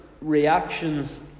reactions